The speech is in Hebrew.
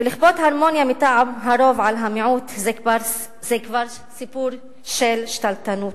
ולכפות הרמוניה מטעם הרוב על המיעוט זה כבר סיפור של שתלטנות.